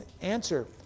answer